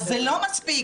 זה לא מספיק,